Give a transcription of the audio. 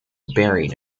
buried